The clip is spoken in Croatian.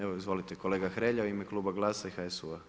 Evo, izvolite kolega Hrelja u ime Kluba GLAS-a i HSU-a.